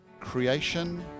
Creation